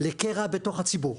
לקרע בתוך הציבור.